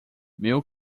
meu